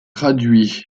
traduits